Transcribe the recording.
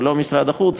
ולא משרד החוץ,